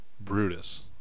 Brutus